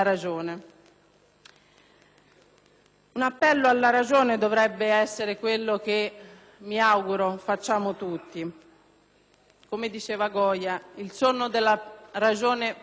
Un appello alla ragione dovrebbe essere quello che, mi auguro, facciamo tutti. Come diceva Goya, il sonno della ragione genera mostri